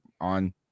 on